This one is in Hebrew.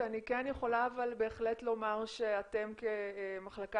אבל אני כן יכולה בהחלט לומר שאתם כמחלקה